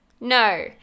No